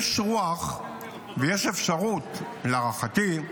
יש רוח ויש אפשרות, להערכתי,